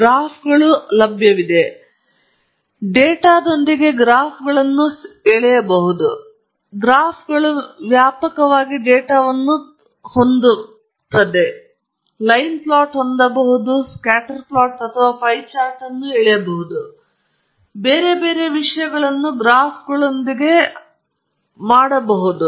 ಗ್ರಾಫ್ಗಳು ಇವೆ ನೀವು ಹೊಂದಿರುವ ಡೇಟಾದೊಂದಿಗೆ ಗ್ರಾಫ್ಗಳನ್ನು ಸೆಳೆಯಬಹುದು ಮತ್ತು ಮತ್ತೆ ಗ್ರಾಫ್ಗಳು ವ್ಯಾಪಕವಾದ ಡೇಟಾವನ್ನು ಹೊಂದಬಹುದು ನೀವು ಲೈನ್ ಪ್ಲಾಟ್ ಅನ್ನು ಹೊಂದಬಹುದು ನಿಮಗೆ ತಿಳಿದಿರುವ ನಿಮಗೆ ತಿಳಿದಿರುವ ಕೇವಲ ಒಂದು ಸ್ಕ್ಯಾಟರ್ ಪ್ಲಾಟ್ ನೀವು ಪೈ ಚಾರ್ಟ್ ಅನ್ನು ಎಳೆಯಬಹುದು ಬೇರೆ ಬೇರೆ ವಿಷಯಗಳು ಗ್ರಾಫ್ಗಳೊಂದಿಗೆ ಮಾಡಬಹುದು